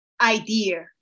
idea